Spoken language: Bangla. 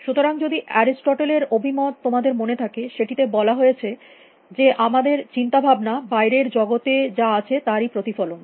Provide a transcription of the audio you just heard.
সুতরাং যদি অ্যারিস্টট্ল এর অভিমত তোমাদের মনে থাকে সেটিতে বলা হয়েছে যে আমাদের চিন্তা ভাবনা বাইরের জগতে যা আছে তারই প্রতিফলন